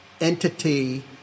entity